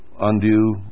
undue